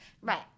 right